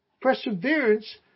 Perseverance